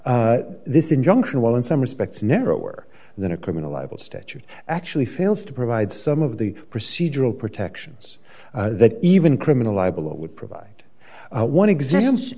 but this injunction while in some respects narrower than a criminal libel statute actually fails to provide some of the procedural protections that even criminal libel law would provide one exams